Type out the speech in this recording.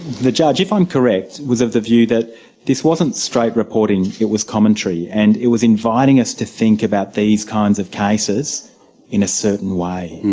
the judge, if i'm correct, was of the view that this wasn't straight reporting, it was commentary, and it was inviting us to think about these kinds of cases in a certain way.